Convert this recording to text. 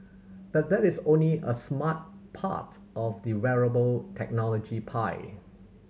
but that is only a smart part of the wearable technology pie